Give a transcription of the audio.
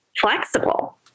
flexible